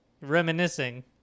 Reminiscing